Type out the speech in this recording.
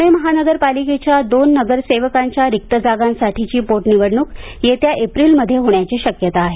प्णे महानगरपालिकेच्या दोन नगरसेवकांच्या रिक्त जागांसाठीची पोटनिवडणूक येत्या एप्रिलमध्ये होण्याची शक्यता आहे